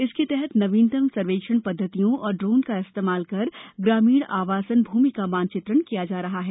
इसके तहत नवीनतम सर्वेक्षण पद्वतियों और ड्रोन का इस्तेमाल कर ग्रामीण आवासन भूमि का मानचित्रण किया जा सकता है